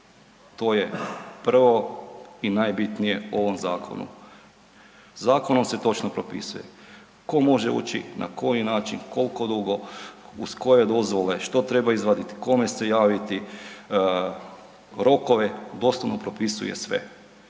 to je prvo i najbitnije u ovom zakonu. Zakonom se točno propisuje ko može ući, na koji način, koliko dugo, uz koje dozvole, što treba izvaditi, kome se javiti, rokove doslovno propisuje sve.